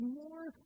more